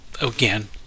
again